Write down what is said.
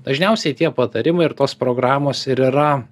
dažniausiai tie patarimai ir tos programos ir yra